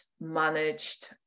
managed